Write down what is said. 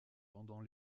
pendant